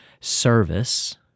service